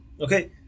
Okay